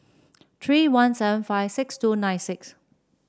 three one seven five six two nine six